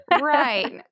Right